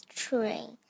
train